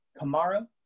Kamara